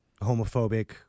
homophobic